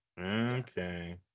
Okay